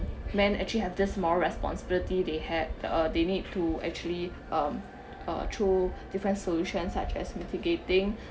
men actually have this more responsibility they had the uh they need to actually um uh through different solutions such as mitigating